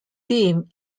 theme